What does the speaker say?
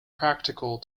practical